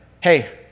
hey